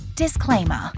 Disclaimer